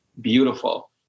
beautiful